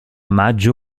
maggio